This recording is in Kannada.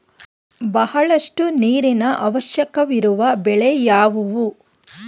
ಬಹಳಷ್ಟು ನೀರಿನ ಅವಶ್ಯಕವಿರುವ ಬೆಳೆ ಯಾವುವು?